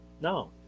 no